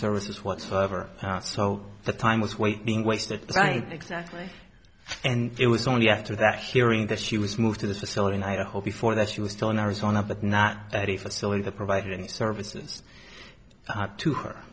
services whatsoever so the time was waiting wasted right exactly and it was only after that hearing that she was moved to the facility in idaho before that she was still in arizona but not at a facility that provided services to her